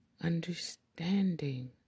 understanding